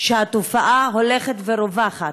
שהתופעה הולכת ורווחת.